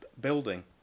building